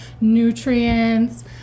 nutrients